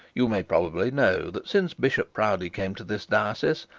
you may probably know that since bishop proudie came to this diocese,